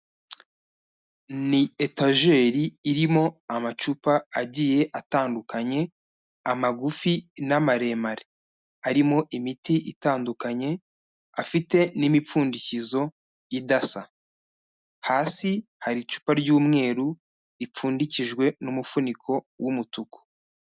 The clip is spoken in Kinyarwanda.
Ni etajeri irimo amacupa agiye atandukanye, amagufi n'amaremare, harimo imiti itandukanye, afite n'imipfundikizo idasa, hasi hari icupa ry'umweru ripfundikijwe n'umufuniko w'umutuku.